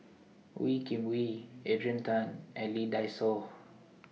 Wee Kim Wee Adrian Tan and Lee Dai Soh